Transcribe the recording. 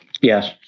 Yes